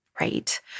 right